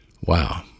Wow